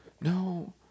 No